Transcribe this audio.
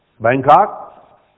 Bangkok